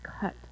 cut